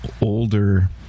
older